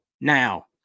Now